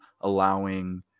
allowing